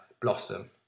blossom